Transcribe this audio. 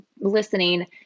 listening